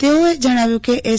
તેઓએ જણાવ્યું કે એસ